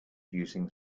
using